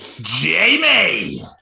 Jamie